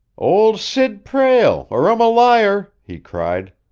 old sid prale, or i'm a liar! he cried.